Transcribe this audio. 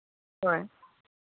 ᱦᱳᱭ